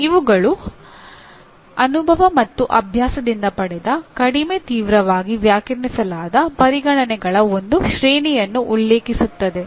ಇವುಗಳು ಅನುಭವ ಮತ್ತು ಅಭ್ಯಾಸದಿಂದ ಪಡೆದ ಕಡಿಮೆ ತೀವ್ರವಾಗಿ ವ್ಯಾಖ್ಯಾನಿಸಲಾದ ಪರಿಗಣನೆಗಳ ಒಂದು ಶ್ರೇಣಿಯನ್ನು ಉಲ್ಲೇಖಿಸುತ್ತದೆ